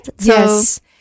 Yes